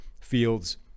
Fields